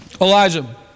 Elijah